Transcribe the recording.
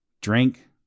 drink